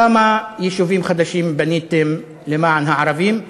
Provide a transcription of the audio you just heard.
כמה יישובים חדשים בניתם למען הערבים,